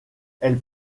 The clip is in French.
elle